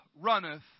runneth